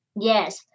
Yes